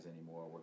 anymore